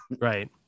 Right